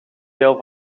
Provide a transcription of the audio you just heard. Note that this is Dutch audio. deel